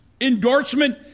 endorsement